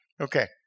Okay